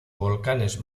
volcanes